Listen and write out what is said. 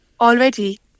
already